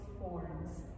forms